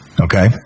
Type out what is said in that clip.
Okay